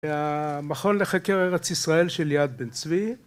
המכון לחקר ארץ ישראל של יעד בן צבי